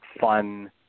fun